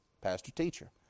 pastor-teacher